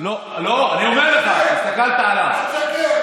לא אמרתי, לא, אני אומר לך, הסתכלת עליו, אל תשקר.